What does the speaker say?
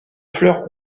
fleurs